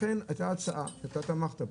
לכן, הייתה הצעה, אתה תמכת בה.